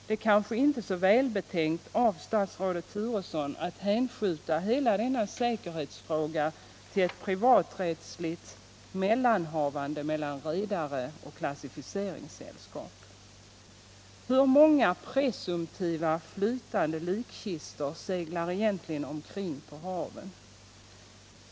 Det är kanske inte så välbetänkt av statsrådet att hänföra hela denna säkerhetsfråga till kategorin privaträttsliga mellanhavanden mellan redare och klassificeringssällskap. Hur många presumtiva flytande likkistor seglar egentligen omkring på haven?